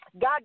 God